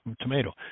tomato